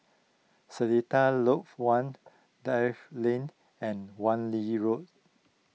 Seletar Lodge one Dell Lane and Wan Lee Road